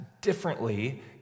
differently